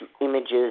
images